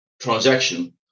transaction